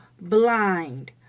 blind